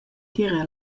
tier